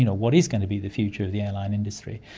you know what is going to be the future of the airline industry?